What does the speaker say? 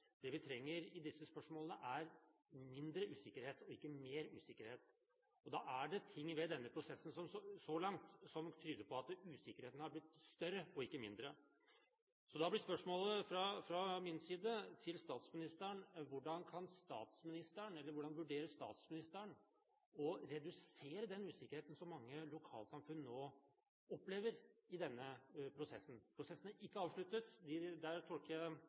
det vi trenger i disse spørsmålene, er mindre usikkerhet og ikke mer usikkerhet. Da er det ting ved denne prosessen så langt som tyder på at usikkerheten har blitt større og ikke mindre. Da blir spørsmålet fra min side til statsministeren: Hvordan vurderer statsministeren å redusere den usikkerheten som mange lokalsamfunn nå opplever i denne prosessen? Prosessen er ikke avsluttet